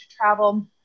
travel